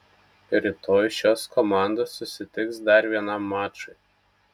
rytoj šios komandos susitiks dar vienam mačui